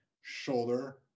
shoulder